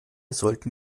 sollten